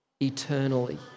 eternally